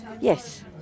Yes